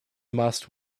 must